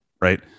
Right